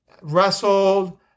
wrestled